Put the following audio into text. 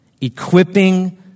equipping